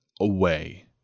away